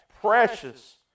precious